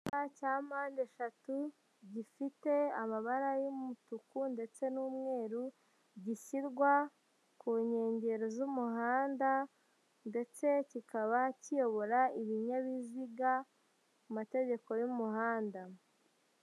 Icyapa cya mpande eshatu gifite amabara y'umutuku ndetse n'umweru gishyirwa ku nkengero z'umuhanda ndetse kikaba kiyobora ibinyabiziga mu mategeko y'umuhanda.